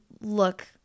look